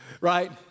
Right